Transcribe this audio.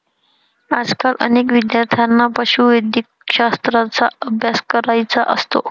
आजकाल अनेक विद्यार्थ्यांना पशुवैद्यकशास्त्राचा अभ्यास करायचा असतो